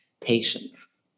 patience